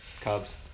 Cubs